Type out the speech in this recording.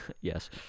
Yes